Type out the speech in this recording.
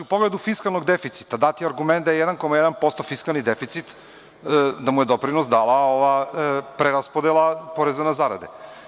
U pogledu fiskalnog deficita dati argument da je 1,1%fiskalni deficit, da mu je doprinos dala ova preraspodela poreza na zarade.